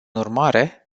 urmare